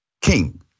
King